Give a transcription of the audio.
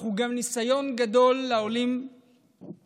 אך הוא ניסיון גדול גם לעולים בדורנו.